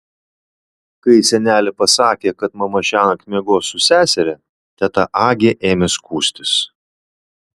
kai senelė pasakė kad mama šiąnakt miegos su seseria teta agė ėmė skųstis